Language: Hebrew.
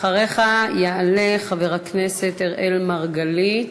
אחריך יעלה חבר הכנסת אראל מרגלית.